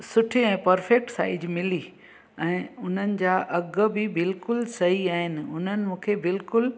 सुठी ऐं perfect size मिली ऐं उन्हनि जा अघु बि बिल्कुलु सही आहिनि उन्हनि मूंखे बिल्कुलु